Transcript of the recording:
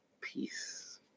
Peace